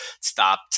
stopped